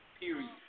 period